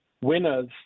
winners